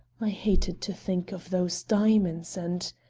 i hated to think of those diamonds and